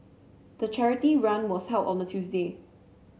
the charity run was held on a Tuesday